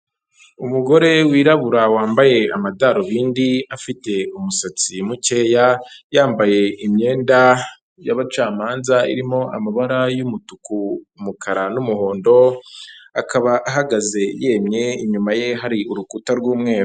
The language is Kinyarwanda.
Umugore wirabura wambaye amadarubindi afite umusatsi mukeya yambaye imyenda y'abacamanza irimo amabara y'umutuku, umukara n'umuhondo akaba ahagaze yemye. Inyuma ye hari urukuta rw'umweru.